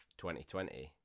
2020